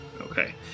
Okay